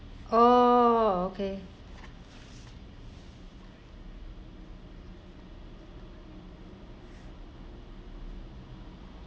oh okay